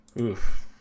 Oof